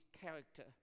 character